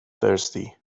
thirsty